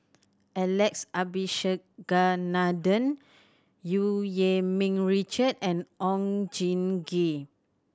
Alex Abisheganaden Eu Yee Ming Richard and Oon Jin Gee